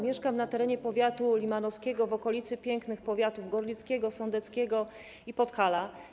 Mieszkam na terenie powiatu limanowskiego, w okolicy pięknych powiatów - gorlickiego, sądeckiego i Podhala.